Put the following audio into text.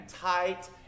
tight